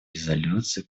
резолюцию